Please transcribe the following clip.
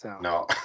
No